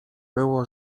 było